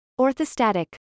Orthostatic